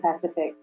Pacific